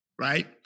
right